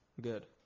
good